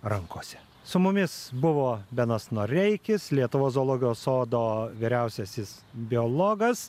rankose su mumis buvo benas noreikis lietuvos zoologijos sodo vyriausiasis biologas